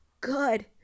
good